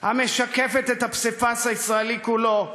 המשקפת את הפסיפס הישראלי כולו.